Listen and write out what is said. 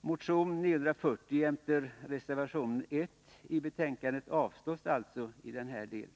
Motion 940, som följs upp i reservation 1, avstyrks alltså i denna del.